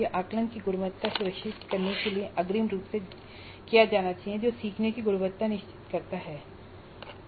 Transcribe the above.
यह आकलन की गुणवत्ता सुनिश्चित करने के लिए अग्रिम रूप से किया जाना चाहिए जो सीखने की गुणवत्ता सुनिश्चित करता है आइटम बैंक बनाना